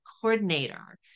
coordinator